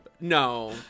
No